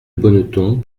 bonneton